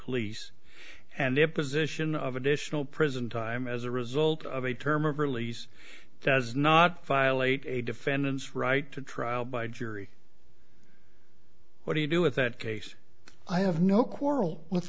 supervised lease and the imposition of additional prison time as a result of a term of release does not violate a defendant's right to trial by jury what do you do with that case i have no quarrel with